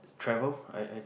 travel I I think